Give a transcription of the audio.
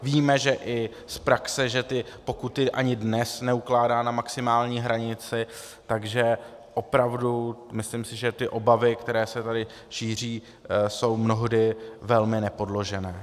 Víme i z praxe, že pokuty ani dnes neukládá na maximální hranici, takže opravdu si myslím, že obavy, které se tady šíří, jsou mnohdy velmi nepodložené.